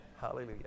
Hallelujah